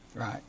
Right